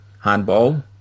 handball